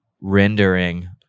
rendering